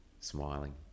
Smiling